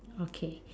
okay